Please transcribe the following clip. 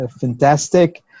fantastic